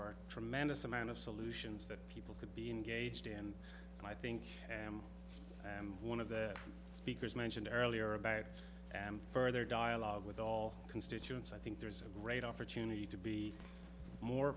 are tremendous amount of solutions that people could be engaged in and i think and one of the speakers mentioned earlier about further dialogue with all constituents i think there's a great opportunity to be more